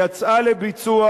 יצאה לביצוע,